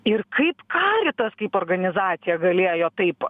ir kaip karitas kaip organizacija galėjo taip